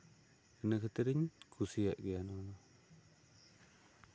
ᱤᱱᱟᱹ ᱠᱷᱟᱹᱛᱤᱨ ᱤᱧ ᱠᱩᱥᱤᱭᱟᱜ ᱜᱮᱭᱟ